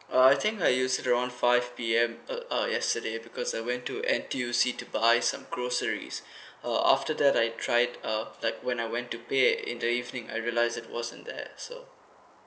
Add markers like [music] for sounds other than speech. uh I think I used it around five P_M uh uh yesterday because I went to N_T_U_C to buy some groceries [breath] uh after that I tried uh like when I went to pay in the evening I realize it wasn't there so